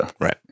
Right